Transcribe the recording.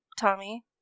Tommy